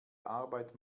arbeit